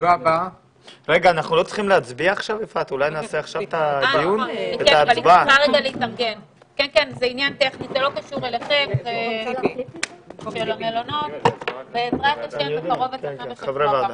הישיבה ננעלה בשעה 14:00.